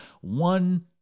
one